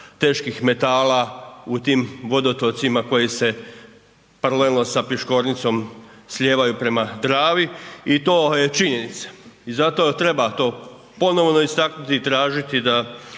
teških metala u tim vodotocima koji se paralelno sa Piškornicom slijevaju prema Dravi i to je činjenica. I zato treba to ponovno istaknuti i tražiti da